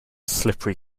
slippery